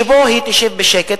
שבו היא תשב בשקט,